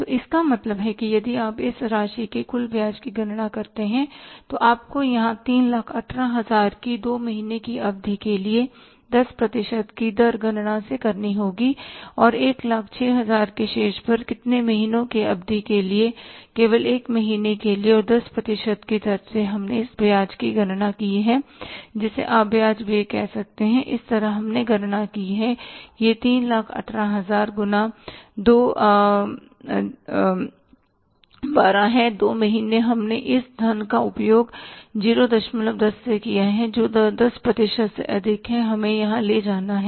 तो इसका मतलब है कि यदि आप इस राशि के कुल ब्याज की गणना करते हैं तो आपको यहां 318000 की दो महीने की अवधि के लिए 10 प्रतिशत की दर गणना से करनी होगी और 106000 के शेष पर कितने महीनों की अवधि के लिए केवल 1 महीने के लिए और 10 प्रतिशत की दर से हमने इस ब्याज व्यय की गणना की है जिसे आप ब्याज व्यय कह सकते हैं इस तरह हमने गणना की है कि यह 318000 गुना 212 है दो महीने हमने इस धन का उपयोग 010 से किया है जो 10 प्रतिशत से अधिक है हमें यहाँ ले जाना है